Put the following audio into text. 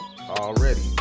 Already